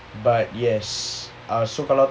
but yes ah so kalau